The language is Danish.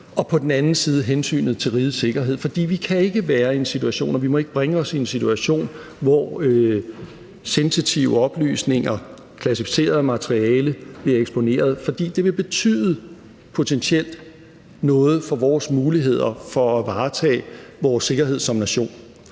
og på den anden side hensynet til rigets sikkerhed. For vi kan ikke være i en situation, og vi må ikke bringe os i en situation, hvor sensitive oplysninger, klassificeret materiale bliver eksponeret; for det vil potentielt betyde noget for vores muligheder for at varetage vores sikkerhed som nation.